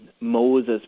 Moses